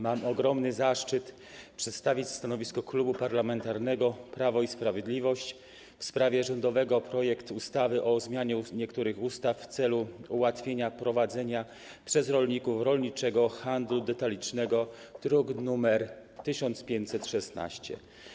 Mam ogromny zaszczyt przedstawić stanowisko Klubu Parlamentarnego Prawo i Sprawiedliwość w sprawie rządowego projektu ustawy o zmianie niektórych ustaw w celu ułatwienia prowadzenia przez rolników rolniczego handlu detalicznego, druk nr 1516.